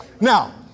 Now